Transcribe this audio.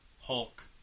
Hulk